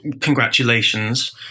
congratulations